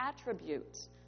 Attributes